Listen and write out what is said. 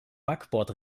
backbord